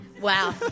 Wow